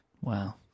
Wow